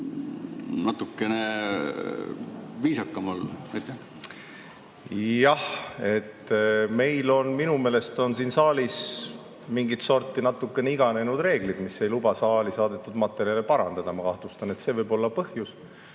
natukene viisakam olla. Jah, meil on minu meelest siin saalis mingit sorti natukene iganenud reeglid, mis ei luba saali saadetud materjale parandada. Ma kahtlustan, et see võib olla põhjus.